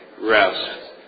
rest